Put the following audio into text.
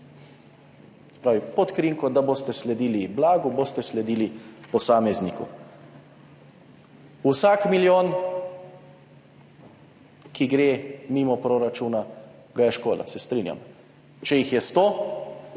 pravi, pod krinko, da boste sledili blagu, boste sledili posamezniku. Vsak milijon, ki gre mimo proračuna, ga je škoda. Se strinjam. Če jih je 100